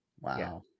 wow